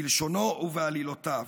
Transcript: בלשונו ובעלילותיו.